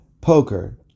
poker